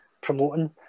promoting